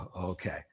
okay